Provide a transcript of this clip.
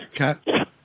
Okay